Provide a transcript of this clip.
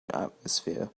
atmosphere